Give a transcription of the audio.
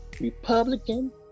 Republican